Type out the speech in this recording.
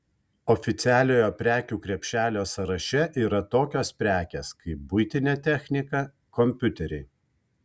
oficialiojo prekių krepšelio sąraše yra tokios prekės kaip buitinė technika kompiuteriai